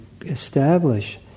establish